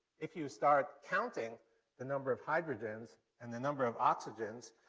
if you start counting the number of hydrogens and the number of oxygens,